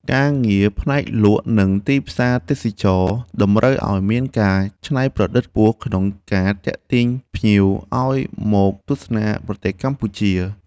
ការងារផ្នែកលក់និងទីផ្សារទេសចរណ៍តម្រូវឱ្យមានការច្នៃប្រឌិតខ្ពស់ក្នុងការទាក់ទាញភ្ញៀចឱ្យមកទស្សនាប្រទេសកម្ពុជា។